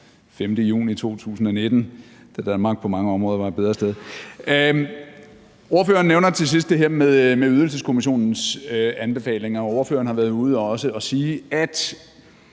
5. juni 2019, da Danmark på mange områder var et bedre sted. Ordføreren nævner til sidst det her med Ydelseskommissionens anbefalinger, og ordføreren har også været ude at sige: »I